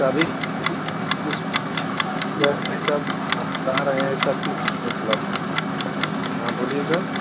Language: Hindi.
सभी सुविधाएँ सब बता रहे है सबकी सुविधा उपलब्ध है हाँ बोलिए सर